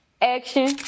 Action